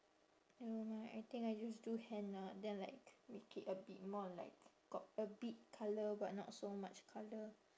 never mind I think I just do henna then like make it a bit more like got a bit colour but not so much colour